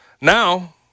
Now